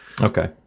Okay